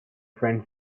friend